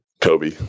Kobe